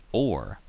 or,